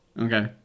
Okay